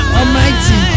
almighty